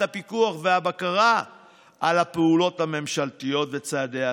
הפיקוח והבקרה על הפעולות הממשלתיות וצעדי החירום.